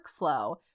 workflow